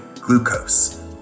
glucose